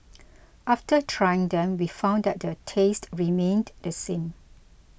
after trying them we found that the taste remained the same